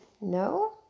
No